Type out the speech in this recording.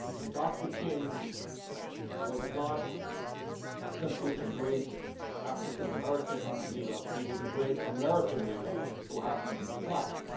and dr. king was not simply a great african-american leader, he was a great american leader who happened to be black.